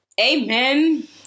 Amen